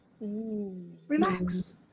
Relax